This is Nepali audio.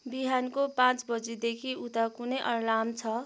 बिहानको पाँच बजीदेखि उता कुनै अलार्म छ